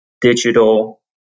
digital